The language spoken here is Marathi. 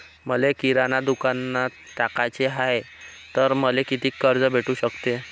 मले किराणा दुकानात टाकाचे हाय तर मले कितीक कर्ज भेटू सकते?